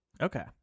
Okay